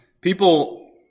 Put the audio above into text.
People